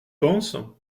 penses